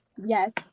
yes